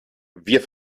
wir